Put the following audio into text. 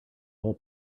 whole